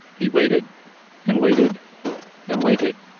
he waited and waited and waited.